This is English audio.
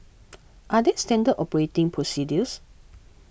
are there standard operating procedures